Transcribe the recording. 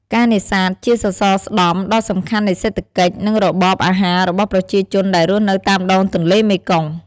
ការនេសាទ ជាសសរស្តម្ភដ៏សំខាន់នៃសេដ្ឋកិច្ច និងរបបអាហាររបស់ប្រជាជនដែលរស់នៅតាមដងទន្លេមេគង្គ។